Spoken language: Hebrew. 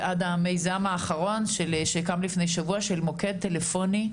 ועד המיזם האחרון שקם לפני שבוע, של מוקד טלפוני,